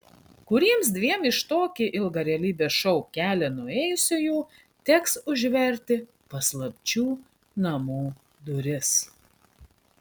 kuriems dviem iš tokį ilgą realybės šou kelią nuėjusiųjų teks užverti paslapčių namų duris